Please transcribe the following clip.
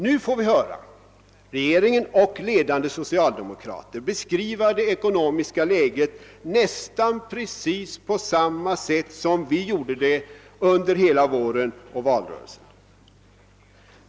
Nu får vi höra regeringen och ledande socialdemokrater beskriva det ekonomiska läget nästan precis på samma sätt som vi gjorde under hela våren och i valrörelsen.